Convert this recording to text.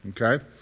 Okay